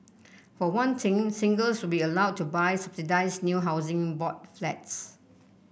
for one thing singles will be allowed to buy subsidised new Housing Board Flats